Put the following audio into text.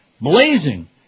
Blazing